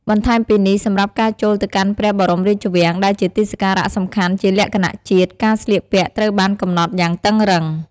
បន្ថែមពីនេះ សម្រាប់ការចូលទៅកាន់ព្រះបរមរាជវាំងដែលជាទីសក្ការៈសំខាន់ជាលក្ខណៈជាតិ ការស្លៀកពាក់ត្រូវបានកំណត់យ៉ាងតឹងរឹង។